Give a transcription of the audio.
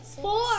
Four